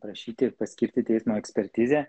prašyti paskirti teismo ekspertizę